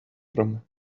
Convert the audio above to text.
from